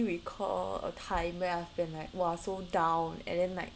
recall a time when I've been like !wah! so down and then like